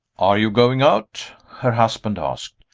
are you going out? her husband asked.